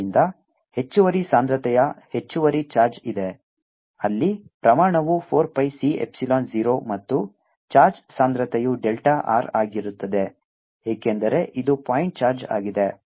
ಆದ್ದರಿಂದ ಹೆಚ್ಚುವರಿ ಸಾಂದ್ರತೆಯ ಹೆಚ್ಚುವರಿ ಚಾರ್ಜ್ ಇದೆ ಅಲ್ಲಿ ಪ್ರಮಾಣವು 4 pi C ಎಪ್ಸಿಲಾನ್ 0 ಮತ್ತು ಚಾರ್ಜ್ ಸಾಂದ್ರತೆಯು ಡೆಲ್ಟಾ r ಆಗಿರುತ್ತದೆ ಏಕೆಂದರೆ ಇದು ಪಾಯಿಂಟ್ ಚಾರ್ಜ್ ಆಗಿದೆ